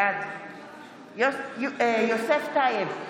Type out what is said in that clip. בעד יוסף טייב,